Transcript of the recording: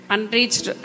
Unreached